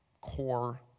core